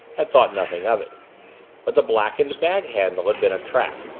had thought nothing of it but the blackened bag handle had been a trap,